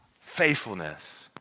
faithfulness